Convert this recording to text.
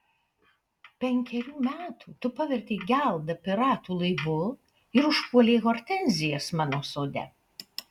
penkerių metų tu pavertei geldą piratų laivu ir užpuolei hortenzijas mano sode